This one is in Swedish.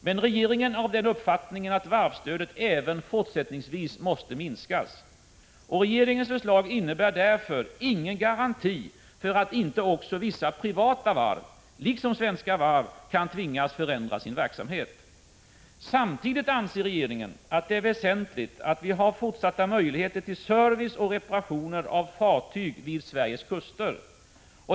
Men regeringen är av den uppfattningen att varvsstödet även fortsättningsvis måste minskas. Regeringens förslag innebär därför ingen garanti för att inte också vissa privata varv — liksom Svenska Varv — tvingas förändra sin verksamhet. Samtidigt anser regeringen att det är väsentligt att vi har fortsatta möjligheter till service och reparationer av fartyg vid Sveriges kuster.